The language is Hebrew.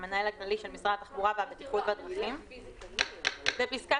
המנהל הכללי של משרד התחבורה והבטיחות בדרכים"; (ג) בפסקת